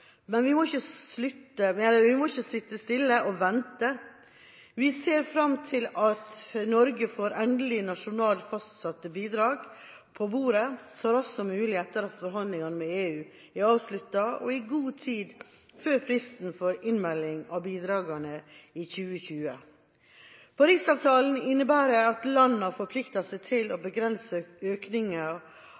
Men vi må ikke sitte stille og vente. Vi ser fram til at Norge får nasjonalt fastsatte bidrag på bordet så raskt som mulig etter at forhandlingene med EU er avsluttet, og i god tid før fristen for innmelding av bidragene i 2020. Paris-avtalen innebærer at landene forplikter seg til å begrense